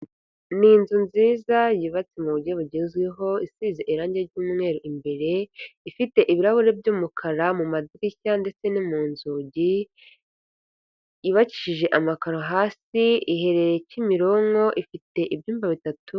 Ni inzu nziza yubatse mu buryo bugezweho isize irangi ry'umweru imbere, ifite ibirahuri by'umukara mu madirishya ndetse no mu nzugi, yubakishije amakaro hasi, iherereye Kimironko ifite ibyumba bitatu.